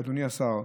אדוני השר,